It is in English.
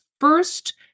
first